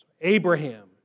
Abraham